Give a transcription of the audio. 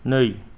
नै